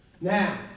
Now